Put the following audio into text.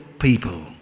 people